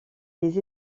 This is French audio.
les